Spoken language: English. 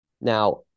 Now